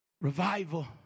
revival